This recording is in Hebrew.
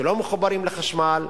שלא מחוברים לחשמל,